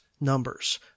numbers